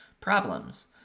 problems